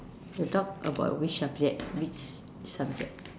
you talk about which subject which subject